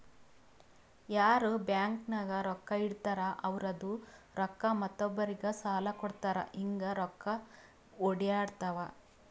ಯಾರ್ ಬ್ಯಾಂಕ್ ನಾಗ್ ರೊಕ್ಕಾ ಇಡ್ತಾರ ಅವ್ರದು ರೊಕ್ಕಾ ಮತ್ತೊಬ್ಬರಿಗ್ ಸಾಲ ಕೊಡ್ತಾರ್ ಹಿಂಗ್ ರೊಕ್ಕಾ ಒಡ್ಯಾಡ್ತಾವ